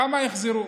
כמה החזירו?